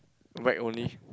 whack only